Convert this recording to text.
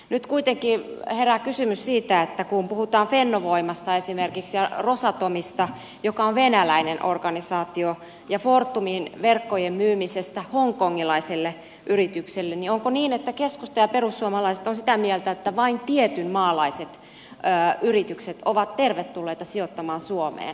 nyt kuitenkin herää kysymys siitä kun puhutaan fennovoimasta esimerkiksi ja rosatomista joka on venäläinen organisaatio ja fortumin verkkojen myymisestä hongkongilaiselle yritykselle onko niin että keskusta ja perussuomalaiset ovat sitä mieltä että vain tietynmaalaiset yritykset ovat tervetulleita sijoittamaan suomeen